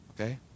okay